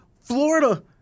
Florida